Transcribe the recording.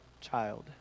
child